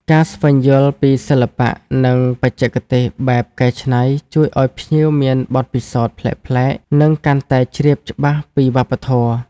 ការស្វែងយល់ពីសិល្បៈ និងបច្ចេកទេសបែបកែច្នៃជួយឲ្យភ្ញៀវមានបទពិសោធន៍ប្លែកៗ និងកាន់តែជ្រាបច្បាស់ពីវប្បធម៌។